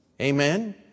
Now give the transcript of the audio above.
Amen